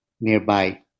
nearby